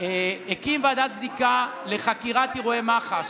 הקים ועדת בדיקה לחקירת אירועי מח"ש.